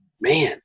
Man